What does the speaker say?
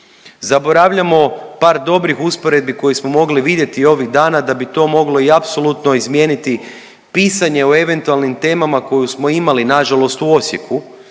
Zaboravljamo par dobrih usporedbi koje smo mogli vidjeti ovih dana da bi to moglo i apsolutno izmijeniti pisanje o eventualnim temama koje smo imali nažalost u Osijeku,